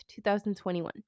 2021